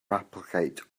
replicate